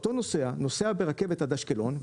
אותו נוסע נוסע ברכבת עד אשקלון,